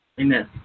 Amen